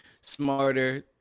smarter